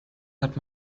hat